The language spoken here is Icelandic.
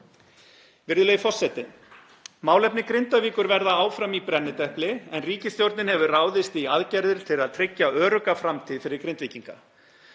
Virðulegi forseti. Málefni Grindavíkur verða áfram í brennidepli en ríkisstjórnin hefur ráðist í aðgerðir til að tryggja örugga framtíð fyrir Grindvíkinga.